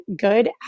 good